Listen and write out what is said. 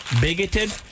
Bigoted